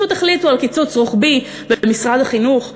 פשוט החליטו על קיצוץ רוחבי במשרד החינוך,